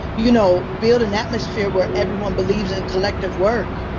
you know, build an atmosphere where everyone believes in and collective work.